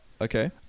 Okay